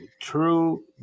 true